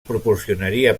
proporcionaria